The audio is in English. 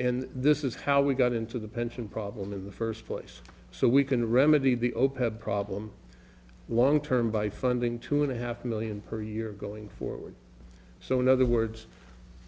and this is how we got into the pension problem in the first place so we can remedy the opeth problem long term by funding two and a half million per year going forward so in other words